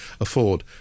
afford